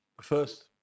first